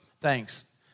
thanks